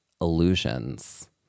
illusions